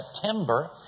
September